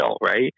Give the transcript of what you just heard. right